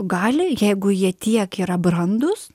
gali jeigu jie tiek yra brandūs